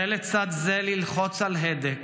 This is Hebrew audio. / זה לצד זה ללחוץ על הדק,